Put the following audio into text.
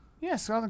Yes